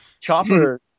Chopper